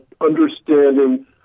understanding